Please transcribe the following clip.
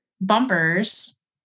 bumpers